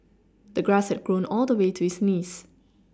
the grass had grown all the way to his knees